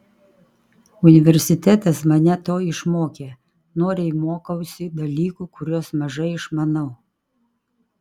universitetas mane to išmokė noriai mokausi dalykų kuriuos mažai išmanau